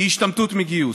היא השתמטות מגיוס?